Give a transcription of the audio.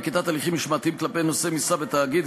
נקיטת הליכים משמעתיים כלפי נושאי משרה בתאגיד,